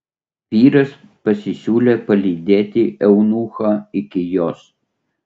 vyras pasisiūlė palydėti eunuchą iki jos